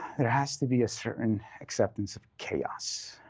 there has to be a certain acceptance of chaos,